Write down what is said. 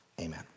amen